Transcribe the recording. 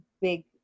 big